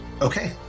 Okay